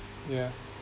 yeah